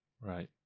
Right